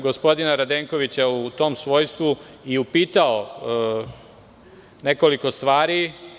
Gospodina Radenkovića bih u tom svojstvu i upitao nekoliko stvari.